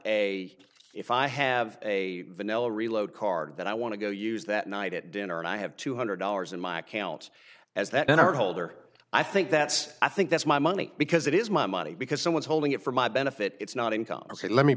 a if i have a vanilla reload card that i want to go use that night at dinner and i have two hundred dollars in my account as that in our holder i think that's i think that's my money because it is my money because someone's holding it for my benefit it's not